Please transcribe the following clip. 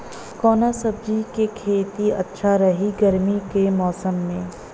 कवना सब्जी के खेती अच्छा रही गर्मी के मौसम में?